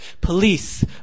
Police